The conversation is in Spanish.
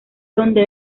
donde